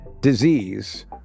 disease